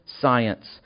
science